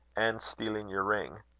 and stealing your ring.